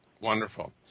Wonderful